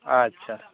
ᱟᱪᱪᱷᱟ